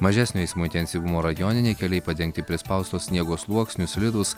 mažesnio eismo intensyvumo rajoniniai keliai padengti prispausto sniego sluoksniu slidūs